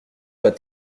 pas